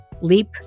Leap